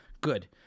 Good